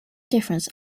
difference